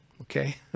Okay